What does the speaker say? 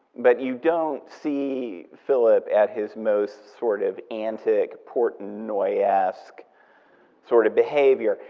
but you don't see philip at his most, sort of, antic, portnoy-esque sort of behavior.